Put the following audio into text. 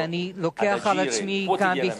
ואני מקבל על עצמי כאן,